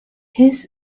his